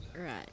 Right